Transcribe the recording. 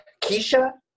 Keisha